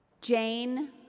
Jane